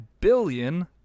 billion